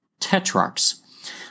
Tetrarchs